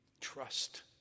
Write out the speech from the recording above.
trust